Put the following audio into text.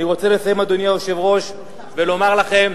אני רוצה לסיים, אדוני היושב-ראש, ולומר לכם: